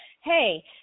Hey